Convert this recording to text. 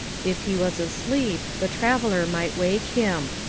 if he was asleep the traveller might wake him.